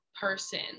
person